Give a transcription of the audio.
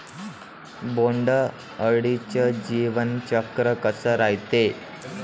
बोंड अळीचं जीवनचक्र कस रायते?